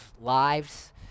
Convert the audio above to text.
lives